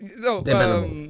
no